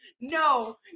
no